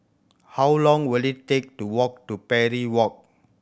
how long will it take to walk to Parry Walk